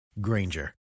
Granger